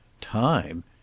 time